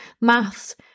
Maths